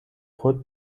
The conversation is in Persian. خود